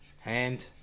Hand